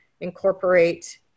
incorporate